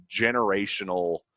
generational